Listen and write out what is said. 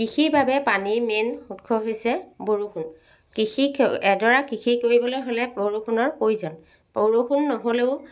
কৃষিৰ বাবে পানীৰ মেইন উৎস হৈছে বৰষুণ কৃষি এডৰা কৃষি কৰিবলৈ হ'লে বৰষুণৰ প্ৰয়োজন বৰষুণ নহ'লেও